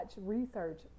research